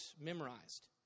memorized